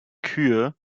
kühe